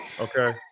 Okay